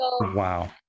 wow